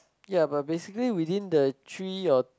ya but basically within the three or